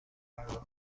پرداخت